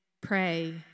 pray